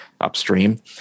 upstream